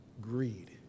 greed